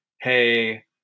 Hey